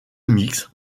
mixte